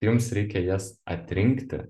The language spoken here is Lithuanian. jums reikia jas atrinkti